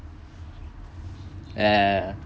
yeah